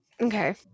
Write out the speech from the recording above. Okay